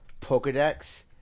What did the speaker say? Pokedex